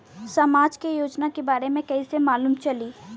समाज के योजना के बारे में कैसे मालूम चली?